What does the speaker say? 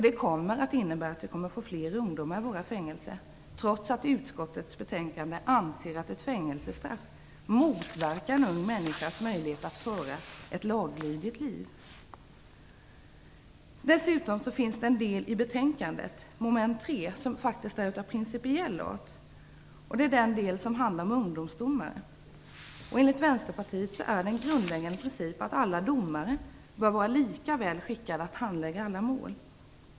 Det kommer att innebära att vi kommer att få fler ungdomar i våra fängelser, trots att utksottet i betänkandet anser att ett fängelsestraff motverkar en ung människas möjlighet att föra ett laglydigt liv. Dessutom finns det en del i betänkandet, mom. 3, som är av principiell art. Det är den del som handlar om ungdomsdomare. Enligt Vänsterpartiet är det en grundläggande princip att alla domare bör vara lika välskickade att handlägga alla mål.